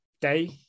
day